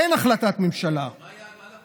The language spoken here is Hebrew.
יש החלטת ממשלה, מה?